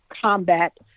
combat